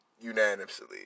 Unanimously